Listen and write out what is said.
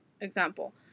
example